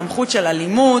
סמכות של אלימות.